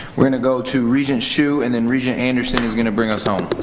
we're gonna go to regent hsu and then regent anderson is gonna bring us home.